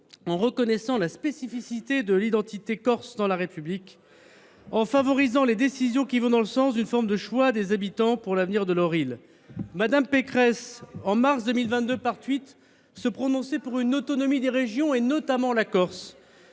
en reconnaissant la spécificité de l’identité corse dans la République, en favorisant les décisions qui vont dans le sens d’une forme de choix des habitants pour l’avenir de leur île. » Mme Pécresse, en mars 2022, se prononçait dans un tweet pour une autonomie des régions, notamment de la Corse.